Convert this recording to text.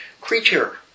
creature